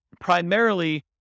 primarily